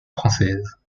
françaises